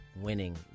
winning